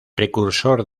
precursor